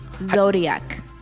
zodiac